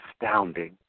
astounding